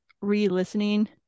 re-listening